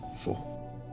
four